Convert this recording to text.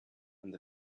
and